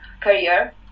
career